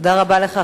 תודה רבה לך,